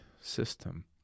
system